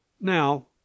Now